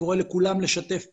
שקורא לכולם לשתף פעולה.